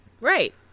Right